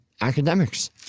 academics